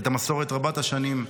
את המסורת רבת-השנים,